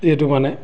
যিহেতু মানে